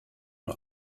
nur